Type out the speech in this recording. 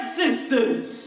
sisters